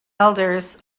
elders